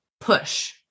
push